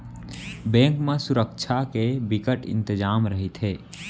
bank म सुरक्छा के बिकट इंतजाम रहिथे